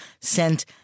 sent